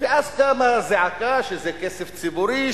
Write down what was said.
ואז קמה זעקה שזה כסף ציבורי,